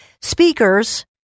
speakers